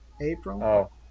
April